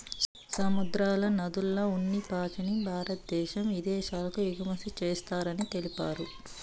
సముద్రాల, నదుల్ల ఉన్ని పాచిని భారద్దేశం ఇదేశాలకు ఎగుమతి చేస్తారని తెలిపారు